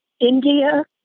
India